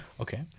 Okay